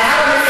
מי אלה אונסק"ו?